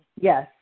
Yes